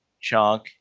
chunk